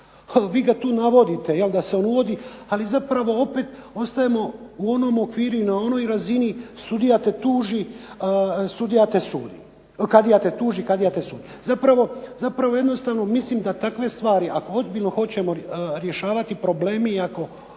Vi ga tu navodite i onda se on uvodi, ali zapravo ostajemo na onom nivou, na onoj razini kadija te tuži, kadija te sudi. Zapravo, jednostavno mislim da takve stvari, ako ozbiljno hoćemo rješavati probleme i ako